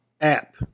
app